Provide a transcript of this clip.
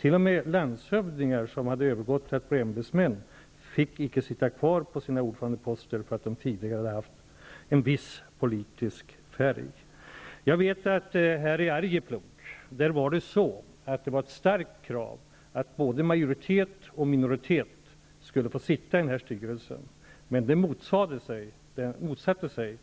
T.o.m. landshövdingar som hade övergått till att bli ämbetsmän fick icke sitta kvar på sina ordförandeposter på grund av att de tidigare hade haft en viss politisk färg. Jag vet att det i Arjeplog var ett starkt krav att både majoritet och minoritet skulle få sitta i styrel sen. Men det motsatte sig